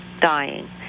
dying